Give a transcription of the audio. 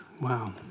wow